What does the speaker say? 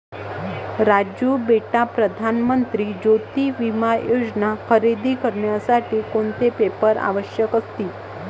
राजू बेटा प्रधान मंत्री ज्योती विमा योजना खरेदी करण्यासाठी कोणते पेपर आवश्यक असतील?